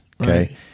Okay